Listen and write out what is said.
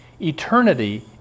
eternity